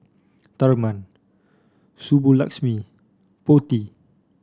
Tharman Subbulakshmi Potti